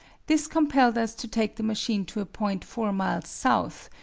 this compelled us to take the machine to a point four miles south,